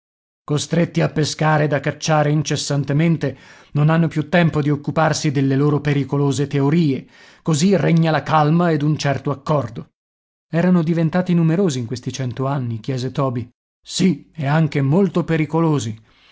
costretti a pescare ed a cacciare incessantemente non hanno più tempo di occuparsi delle loro pericolose teorie così regna la calma ed un certo accordo erano diventati numerosi in questi cento anni chiese toby sì e anche molto pericolosi